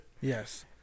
Yes